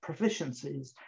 proficiencies